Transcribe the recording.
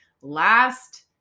last